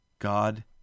God